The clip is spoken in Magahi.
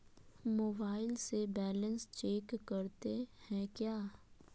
मोबाइल से बैलेंस चेक करते हैं क्या?